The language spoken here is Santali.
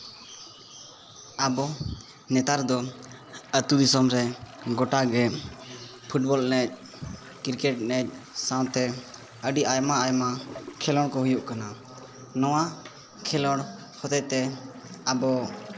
ᱟᱵᱚ ᱱᱮᱛᱟᱨ ᱫᱚ ᱟᱹᱛᱩ ᱫᱤᱥᱚᱢ ᱨᱮ ᱜᱚᱴᱟ ᱜᱮ ᱯᱷᱩᱴᱵᱚᱞ ᱮᱱᱮᱡ ᱠᱨᱤᱠᱮᱴ ᱮᱱᱮᱡ ᱥᱟᱣᱛᱮ ᱟᱹᱰᱤ ᱟᱭᱢᱟ ᱟᱭᱢᱟ ᱠᱷᱮᱞᱳᱰ ᱠᱚ ᱦᱩᱭᱩᱜ ᱠᱟᱱᱟ ᱱᱚᱣᱟ ᱠᱷᱮᱞᱳᱰ ᱦᱚᱛᱮᱡᱛᱮ ᱟᱵᱚ